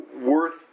worth